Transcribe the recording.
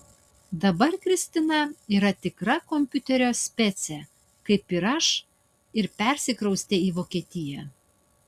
dabar kristina yra tikra kompiuterio specė kaip ir aš ir persikraustė į vokietiją